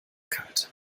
kalt